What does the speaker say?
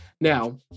Now